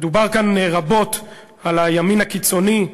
דובר כאן רבות על הימין הקיצוני.